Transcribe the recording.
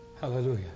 Hallelujah